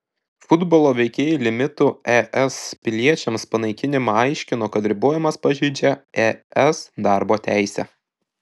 futbolo veikėjai limitų es piliečiams panaikinimą aiškino kad ribojimas pažeidžią es darbo teisę